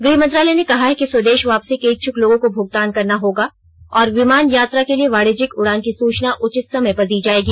गृह मंत्रालय ने कहा है कि स्वदेश वापसी के इच्छुक लोगों को भुगतान करना होगा और विमान यात्रा के लिए वाणिज्यिक उड़ान की सूचना उचित समय पर दी जायेगी